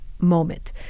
moment